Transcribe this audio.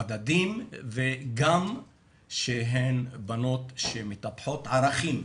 המדדים וגם שהן בנות שמטפחות ערכים,